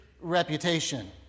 reputation